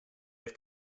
have